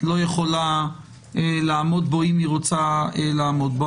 לא יכולה לעמוד בו, אם היא רוצה לעמוד בו.